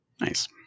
nice